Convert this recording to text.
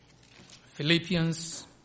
Philippians